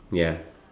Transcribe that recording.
ya